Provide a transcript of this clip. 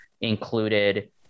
included